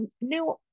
new